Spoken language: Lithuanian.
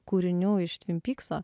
kūrinių iš tvin pykso